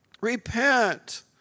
Repent